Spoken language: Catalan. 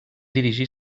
dirigí